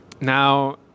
now